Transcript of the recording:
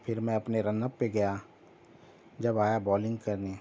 پھر میں اپنے رن اپ پہ گیا جب آیا بالنگ کرنے